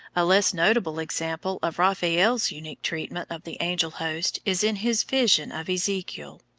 a less notable example of raphael's unique treatment of the angel host is in his vision of ezekiel,